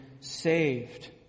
saved